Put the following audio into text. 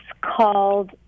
called